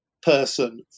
person